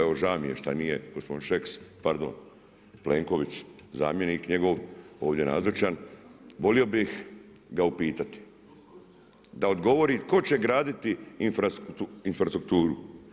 Evo, žao mi je što nije gospodin Šeks, pardon, Plenković, zamjenik njegov, ovdje nazočan, volio bih ga upitati da odgovori tko će graditi infrastrukturu.